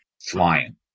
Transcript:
flying